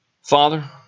Father